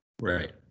Right